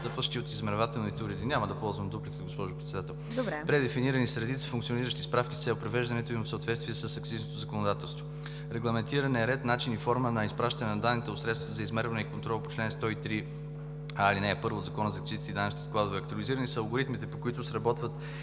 сигнал, че времето е изтекло.) Няма да ползвам дуплика, госпожо Председател. Предефинирани са редица функциониращи справки с цел привеждането им в съответствие с акцизното законодателство; регламентиран е ред, начин и форма на изпращане на данните от средствата за измерване и контрол по чл. 103, ал. 1 от Закона за акцизните и данъчни складове; актуализирани са алгоритмите, по които сработват